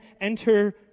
enter